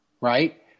right